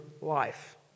life